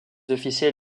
officiers